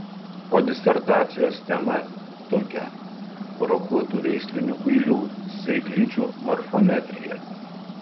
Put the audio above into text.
o disertacijos tema tokia brokuotų veislinių kuilių sėklidžių morfometrija